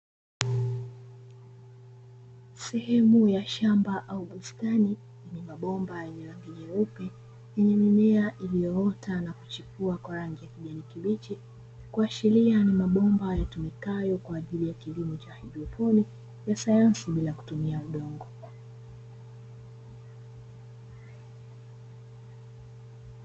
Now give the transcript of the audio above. Sehemu ya shamba au bustani ina mabomba yenye rangi nyeupe, yenye mimea iliyoota na kuchipua kwa rangi ya kijani kibichi, kuashiria ni mabomba yatumikayo kwa ajili ya kilimo cha haidroponi ya sayansi bila kutumia udongo.